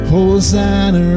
Hosanna